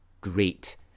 Great